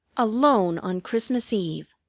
alone on christmas eve!